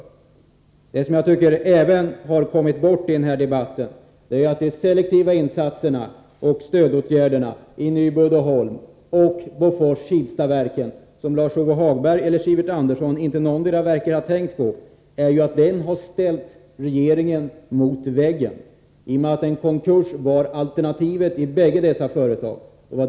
Något som enligt min mening också har kommit bort i den här debatten och som varken Sivert Andersson eller Lars-Ove Hagberg verkar ha tänkt på är att de selektiva insatserna och stödåtgärderna i Nyby Uddeholm och Bofors-Kilstaverken har ställt regeringen mot väggen, i och med att en konkurs var alternativet i bägge dessa företag.